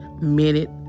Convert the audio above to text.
minute